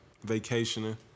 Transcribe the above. vacationing